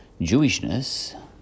Jewishness